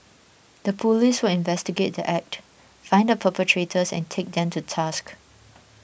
the police will investigate the Act find the perpetrators and take them to task